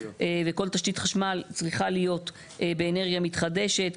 וכל תשתית חשמל צריכה להיות באנרגיה מתחדשת,